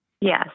Yes